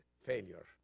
failure